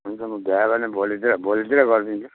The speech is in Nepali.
हुन्छ म भ्याएँ भने भोलितिर भोलितिर गरिदिन्छु